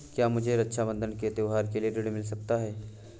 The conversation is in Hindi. क्या मुझे रक्षाबंधन के त्योहार के लिए ऋण मिल सकता है?